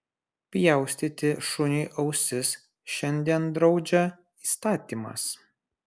pjaustyti šuniui ausis šiandien draudžia įstatymas